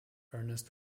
ernest